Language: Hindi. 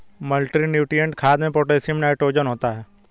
मल्टीनुट्रिएंट खाद में पोटैशियम नाइट्रोजन होता है